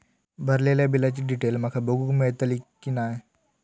भरलेल्या बिलाची डिटेल माका बघूक मेलटली की नाय?